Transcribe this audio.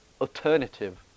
alternative